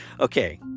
Okay